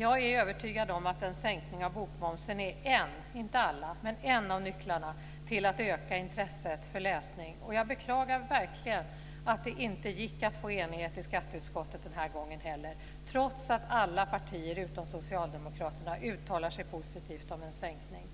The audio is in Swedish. Jag är övertygad om att en sänkning av bokmomsen är en - inte alla men en - av nycklarna till att öka intresset för läsning. Jag beklagar verkligen att det inte gick att få enighet i skatteutskottet den här gången heller trots att alla partier utom socialdemokraterna uttalar sig positivt om en sänkning